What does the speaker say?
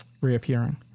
reappearing